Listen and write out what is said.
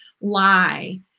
lie